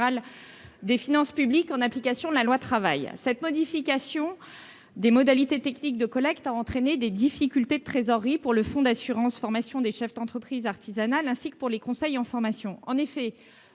des finances publiques, en application de la loi Travail. Cette modification des modalités techniques de collecte a entraîné des difficultés de trésorerie pour le Fonds d'assurance formation des chefs d'entreprise artisanale, ainsi que pour les conseils en formation. En effet,